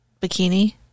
bikini